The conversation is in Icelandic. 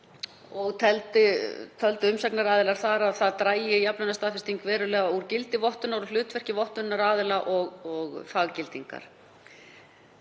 Töldu umsagnaraðilar að þannig drægi jafnlaunastaðfesting verulega úr gildi vottunar og hlutverki vottunaraðila og faggildingar.